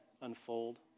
unfold